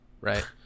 right